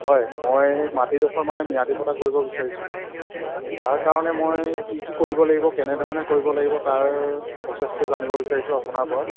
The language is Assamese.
হয় মই মাটিডোখৰ মানে ম্যাদী পাট্টা কৰিব বিচাৰিছোঁ তাৰ কাৰণে মই কি কি কৰিব লাগিব কেনেধৰণে কৰিব লাগিব তাৰ প্ৰচেছটো জানিব বিচাৰিছোঁ আপোনাৰ পৰা